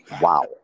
Wow